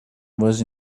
was